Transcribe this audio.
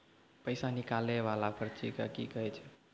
पैसा निकाले वाला पर्ची के की कहै छै?